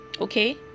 okay